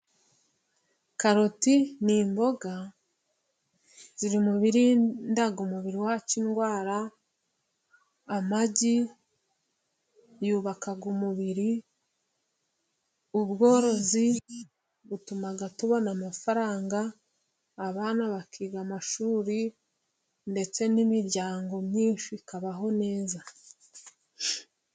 karoti ni imboga ziri mu birinda umubiri wacu indwara. Amagi yubaka umubiri. Ubworozi butuma tubona amafaranga, abana bakiga amashuri ndetse n'imiryango myinshi ikabaho neza.